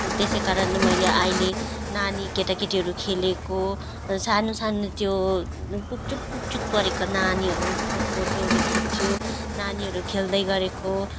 त्यस कारणले मैले अहिले नानी केटाकेटीहरू खेलेको सानो सानो त्यो पुगचुक पुगचुक परेको नानीहरूको फोटोहरू खिच्दछु नानीहरू खेल्दै गरेको